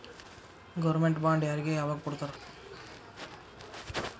Government bond ಯಾರಿಗೆ ಯಾವಗ್ ಕೊಡ್ತಾರ?